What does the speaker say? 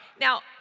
Now